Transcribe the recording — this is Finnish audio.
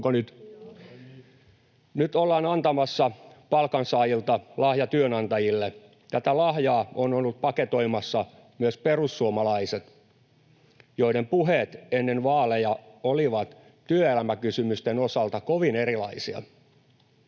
nyt ollaan antamassa palkansaajilta lahja työnantajille. Tätä lahjaa ovat olleet paketoimassa myös perussuomalaiset, joiden puheet ennen vaaleja olivat työelämäkysymysten osalta kovin erilaisia.